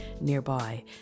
nearby